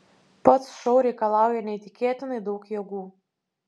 pats šou reikalauja neįtikėtinai daug jėgų